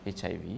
HIV